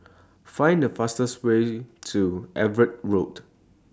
Find The fastest Way to Everitt Road